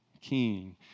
king